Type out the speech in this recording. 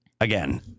Again